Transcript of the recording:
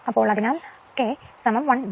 അതിനാൽ കെ 110